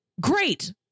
Great